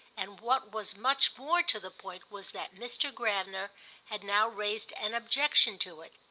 and what was much more to the point was that mr. gravener had now raised an objection to it.